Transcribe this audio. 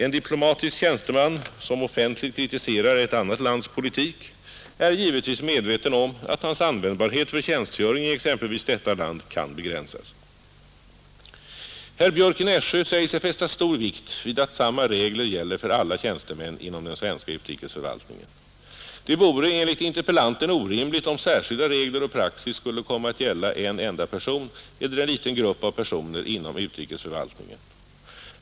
En diplomatisk tjänsteman som offentligt kritiserar ett annat lands politik är givetvis medveten om att hans användbarhet för tjänstgöring i exempelvis detta land kan begränsas. Herr Björck i Nässjö säger sig fästa stor vikt vid att samma regler gäller för alla tjänstemän inom den svenska utrikesförvaltningen. Det vore enligt interpellanten orimligt om särskilda regler och praxis skulle komma att gälla en enda person eller en liten grupp personer inom utrikesförvaltningen.